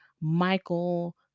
michael